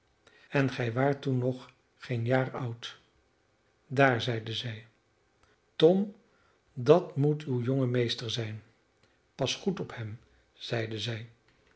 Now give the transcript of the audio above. en gij waart toen nog geen jaar oud daar zeide zij tom dat moet uw jonge meester zijn pas goed op hem zeide zij